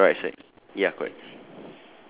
two on the right side ya correct